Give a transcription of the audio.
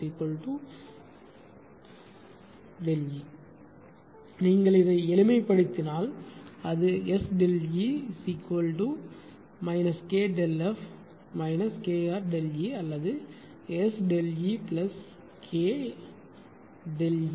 E நீங்கள் இதை எளிமைப்படுத்தினால் அது SΔE KΔF KRΔE அல்லது SΔEKEΔE KΔF